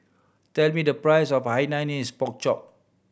tell me the price of Hainanese Pork Chop